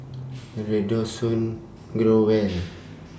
Redoxon Growell